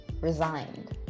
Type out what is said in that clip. resigned